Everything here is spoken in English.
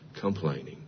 complaining